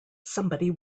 somebody